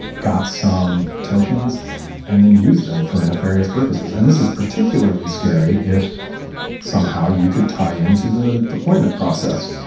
got some tokens and then use them for nefarious purposes. and this is particularly scary if somehow you could tie into the deployment process.